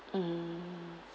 mm